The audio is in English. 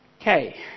okay